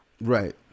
right